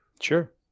sure